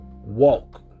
walk